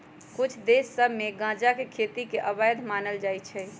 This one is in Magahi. कुछ देश सभ में गजा के खेती के अवैध मानल जाइ छै